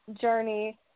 journey